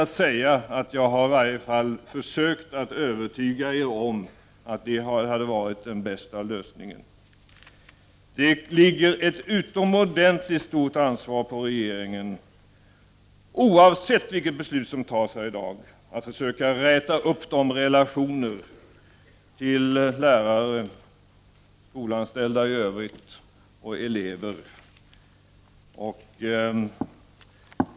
Men jag har sett det som nödvändigt att försöka övertyga er om att det hade varit den bästa lösningen. Det vilar ett utomordentligt stort ansvar på regeringen — oavsett vilket beslut som fattas i dag — att försöka räta upp relationerna till lärarna, de skolanställda i övrigt och till eleverna.